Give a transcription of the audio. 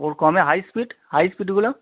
ওর কমে high speed high স্পিডগুলো